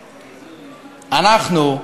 אנחנו,